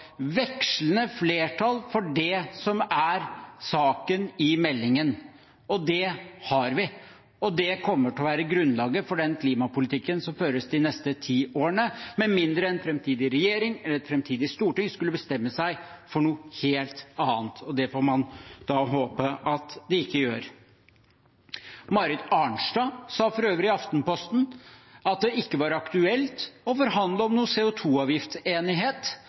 vekslende flertall for det som er saken i meldingen. Det har vi, og det kommer til å være grunnlaget for den klimapolitikken som føres de neste ti årene, med mindre en framtidig regjering eller et framtidig storting skulle bestemme seg for noe helt annet, og det får man håpe at de ikke gjør. Representanten Marit Arnstad sa for øvrig i Aftenposten at det ikke var aktuelt å forhandle om